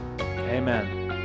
Amen